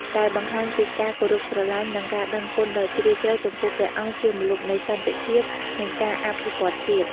ដែលបង្ហាញពីការគោរពស្រឡាញ់ និងការដឹងគុណដ៏ជ្រាលជ្រៅចំពោះព្រះអង្គជាម្លប់នៃសន្តិភាព និងការអភិវឌ្ឍន៍ជាតិ។